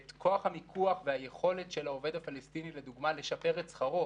את כוח המיקוח והיכולת של העובד הפלסטיני לדוגמה לשפר את שכרו,